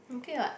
okay [what]